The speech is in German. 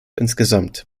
insgesamt